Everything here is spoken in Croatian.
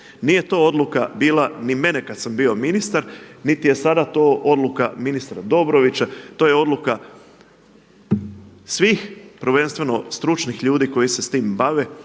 Nije to odluka bila ni mene kad sam bio ministar, niti je sada to odluka ministra Dobrovića. To je odluka svih prvenstveno stručnih ljudi koji se s tim bave.